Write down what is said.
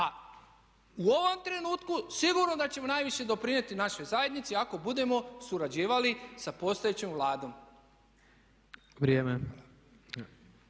A u ovom trenutku sigurno da ćemo najviše doprinijeti našoj zajednici ako budemo surađivali sa postojećom Vladom.